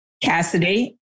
Cassidy